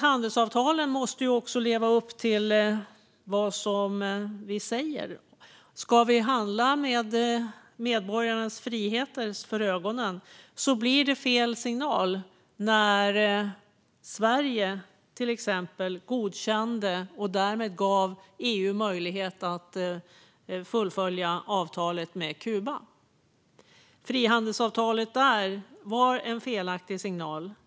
Handelsavtalen måste även leva upp till det vi säger. Ska vi handla med medborgarnas friheter för ögonen skickades fel signal när till exempel Sverige godkände och därmed gav EU möjlighet att fullfölja avtalet med Kuba. Detta frihandelsavtal var en felaktig signal.